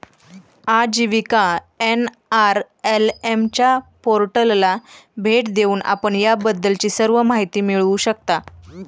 आजीविका एन.आर.एल.एम च्या पोर्टलला भेट देऊन आपण याबद्दलची सर्व माहिती मिळवू शकता